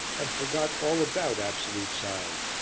and forgot all about absolute size,